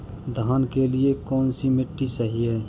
धान के लिए कौन सी मिट्टी सही है?